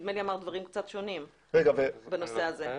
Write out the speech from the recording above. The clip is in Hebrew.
נדמה לי שהוא אמר דברים קצת שונים בנושא הזה.